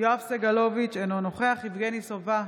יואב סגלוביץ' אינו נוכח יבגני סובה,